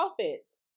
offense